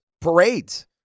Parades